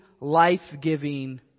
life-giving